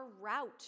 route